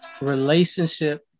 relationship